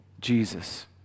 Jesus